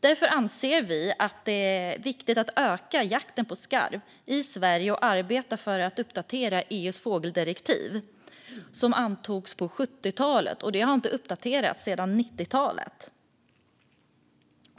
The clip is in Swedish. Därför anser vi att det är viktigt att öka jakten på skarv i Sverige och arbeta för att uppdatera EU:s fågeldirektiv, som antogs på 70-talet och inte har uppdaterats sedan 90-talet.